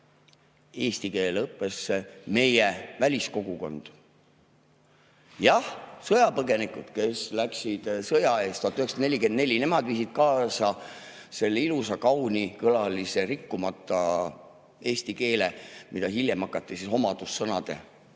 eesti keele õppesse meie väliskogukond? Jah, sõjapõgenikud, kes läksid sõja eest 1944 – nemad viisid kaasa selle ilusa, kaunikõlalise, rikkumata eesti keele, mida hiljem hakati omadussõnade